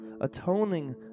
atoning